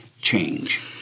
change